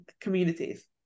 communities